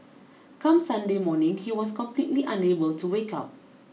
come Sunday morning he was completely unable to wake up